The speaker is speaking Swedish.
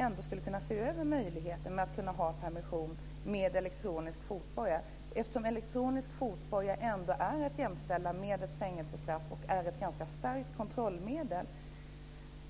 ändå skulle kunna se över möjligheten till permission med elektronisk fotboja, eftersom elektronisk fotboja är att jämställa med ett fängelsestraff och är ett ganska starkt kontrollmedel?